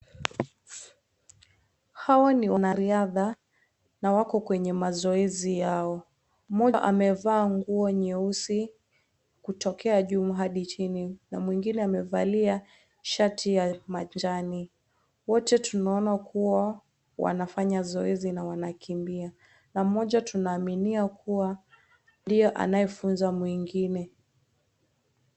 Hawa ni wanariadha na wako kwenye mazoezi yao. Mmoja amevaa nguo nyeusi kutokea juu hadi chini na mwingine amevalia shati ya majani. Wote tunaona kuwa wanafanya zoezi na wanakimbia na mmoja tunaaminia kuwa ndiye anayefunza mwingine.